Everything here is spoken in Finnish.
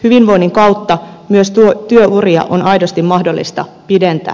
hyvinvoinnin kautta myös työuria on aidosti mahdollista pidentää